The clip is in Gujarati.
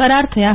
કરાર થયા હતા